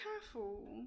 careful